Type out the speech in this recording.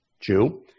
Jew